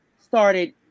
started